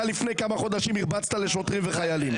אתה לפני כמה חודשים הרבצת לשוטרים וחיילים.